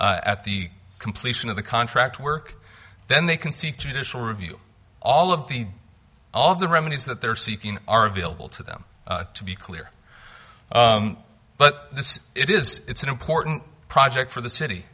at the completion of the contract work then they can seek judicial review all of the all of the remedies that they're seeking are available to them to be clear but it is it's an important project for the city